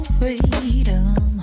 freedom